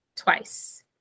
twice